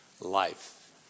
life